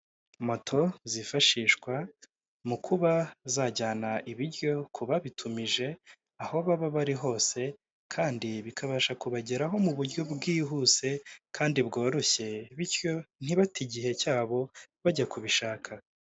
Moto zifashishwa mu kuba zajyana ibiryo ku babitumije, aho baba bari hose kandi bikabasha kubageraho mu buryo bwihuse kandi bworoshye bityo ntibate igihe cyabo bajya kubishaka.